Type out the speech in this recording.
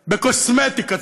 בקוסמטיקה.